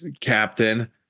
captain